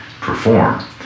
perform